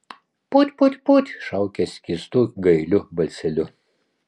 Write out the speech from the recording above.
put put put šaukė skystu gailiu balseliu